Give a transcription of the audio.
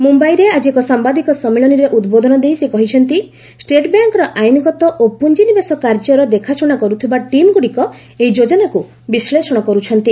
ମୁମ୍ବାଇରେ ଆଜି ଏକ ସାମ୍ଭାଦିକ ସମ୍ମିଳନୀରେ ଉଦ୍ବୋଧନ ଦେଇ ସେ କହିଛନ୍ତି ଷ୍ଟେଟ୍ ବ୍ୟାଙ୍କ୍ର ଆଇନଗତ ଓ ପୁଞ୍ଜିନିବେଶ କାର୍ଯ୍ୟର ଦେଖାଶୁଣା କରୁଥିବା ଟିମ୍ଗୁଡ଼ିକ ଏହି ଯୋଜନାକୁ ବିଶ୍ଳେଷଣ କରୁଛନ୍ତି